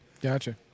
Gotcha